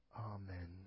Amen